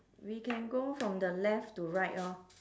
we can go from the left to right orh